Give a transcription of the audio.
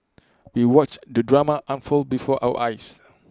we watched the drama unfold before our eyes